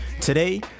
Today